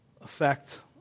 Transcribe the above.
effect